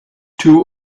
too